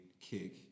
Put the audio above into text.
kick